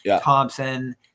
Thompson